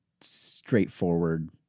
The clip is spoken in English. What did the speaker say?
straightforward